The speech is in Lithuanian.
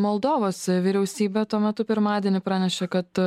moldovos vyriausybė tuo metu pirmadienį pranešė kad